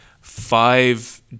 five